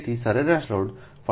તેથી સરેરાશ લોડ 45